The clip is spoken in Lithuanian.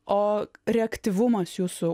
o reaktyvumas jūsų